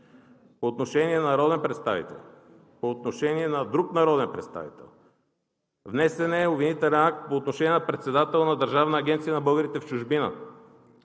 по отношение на народен представител; по отношение на друг народен представител; внесен е обвинителен акт по отношение на председател на Държавната агенция на българите в чужбина;